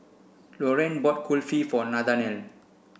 Lorrayne bought Kulfi for Nathanael